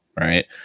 right